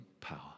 power